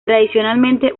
tradicionalmente